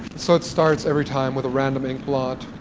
so it starts every time with a random ink blot.